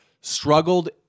struggled